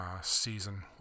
season